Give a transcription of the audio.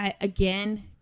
again